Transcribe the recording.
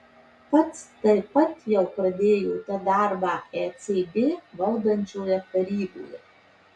pats taip pat jau pradėjote darbą ecb valdančioje taryboje